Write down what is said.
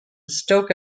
stoke